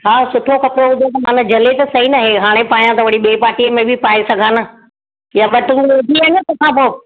हां सुठो कपिड़ो हुजे त झले त सही न हे हाणे पाया त वरी ॿिए पार्टी में बि पाए सघां वेठी आहे न तंहिंखां पोइ